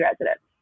residents